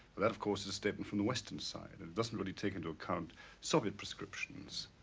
that of course is a statement from the western side and it doesn't really take into account soviet prescriptions.